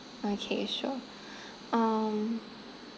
okay sure um